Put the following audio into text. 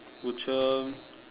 Outram